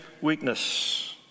weakness